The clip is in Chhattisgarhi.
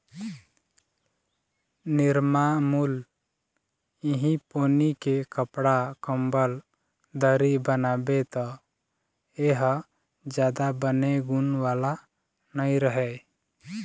निरमामुल इहीं पोनी के कपड़ा, कंबल, दरी बनाबे त ए ह जादा बने गुन वाला नइ रहय